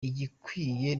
igikwiriye